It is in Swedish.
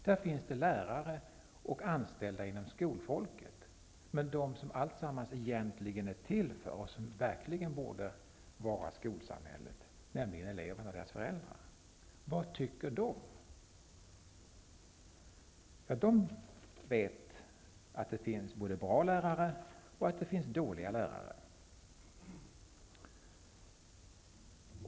Det finns bara lärare och anställda inom skolväsendet. Vad tycker då de som alltsammans egentligen är till för, och som verkligen borde utgöra skolsamhället, nämligen eleverna och deras föräldrar? De vet att det finns både bra och dåliga lärare.